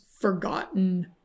Forgotten